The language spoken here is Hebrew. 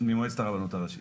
רעות,